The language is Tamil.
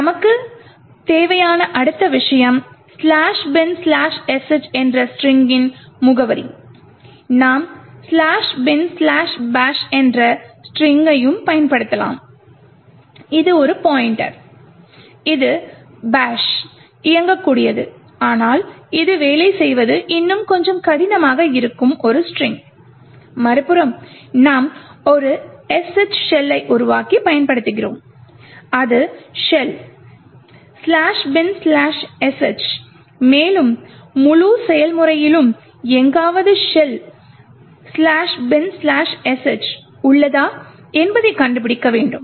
நமக்குத் தேவையான அடுத்த விஷயம் "binsh""என்ற ஸ்ட்ரிங்கி ன் முகவரி நாம் ""binbash"" என்ற சரத்தையும் பயன்படுத்தலாம் இது ஒரு பாய்ண்ட்டர் இது பாஷ் இயங்கக்கூடியது ஆனால் இது வேலை செய்வது இன்னும் கொஞ்சம் கடினமாக இருக்கும் ஒரு ஸ்ட்ரிங்க் மறுபுறம் நாம் ஒரு sh ஷெல்லை உருவாக்கி பயன்படுத்துகிறோம் அது ஷெல் ""binsh"" மேலும் முழு செயல்முறையிலும் எங்காவது ஷெல் ""binsh"" உள்ளதா என்பதை கண்டுபிடிக்க வேண்டும்